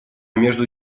между